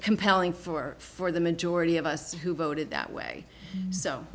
compelling for for the majority of us who voted that way so